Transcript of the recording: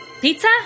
Pizza